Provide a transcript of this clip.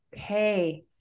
Okay